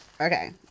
Okay